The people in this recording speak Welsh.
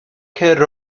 cer